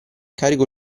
carico